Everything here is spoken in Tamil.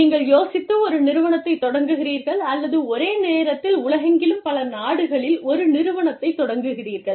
நீங்கள் யோசித்து ஒரு நிறுவனத்தை தொடங்குகிறீர்கள் அல்லது ஒரே நேரத்தில் உலகெங்கிலும் பல நாடுகளில் ஒரு நிறுவந்த்தைத் தொடங்குகிறீர்கள்